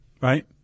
right